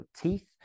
teeth